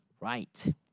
right